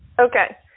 Okay